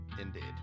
Indeed